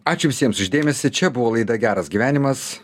ačiū visiems už dėmesį čia buvo laida geras gyvenimas